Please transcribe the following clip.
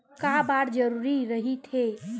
का बार जरूरी रहि थे?